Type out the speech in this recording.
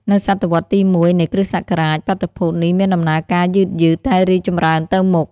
នៅសតវត្សរ៍ទី ១ នៃគ្រិស្តសករាជ បាតុភូតនេះមានដំណើរការយឺតៗតែរីកចម្រើនទៅមុខ។